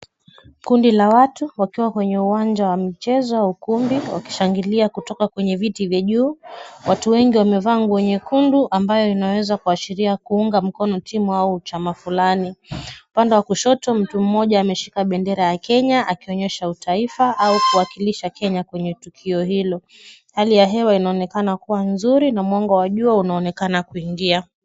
Kundi la watu wakiwa kwenye uwanja wa michezo wa ukumbi wakishangilia kutoka kwenye viti vya juu. Watu wengi wamevaa nguo nyekundu ambayo inaweza kuashiria kuunga mkono timu au chama fulani. Upande wa kushoto mtu mmoja ameshika bendera ya Kenya akionyesha utaifa au kuwakilisha Kenya kwenye tukio hilo. Hali ya hewa inaonekana kuwa nzuri na mwongo wa jua unaonekana kuingia.